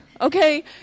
Okay